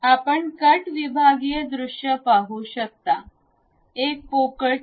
आपण कट विभागीय दृश्य पाहू शकता एक पोकळ छडी